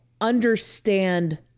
understand